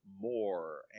more